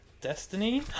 Destiny